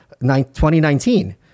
2019